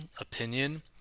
opinion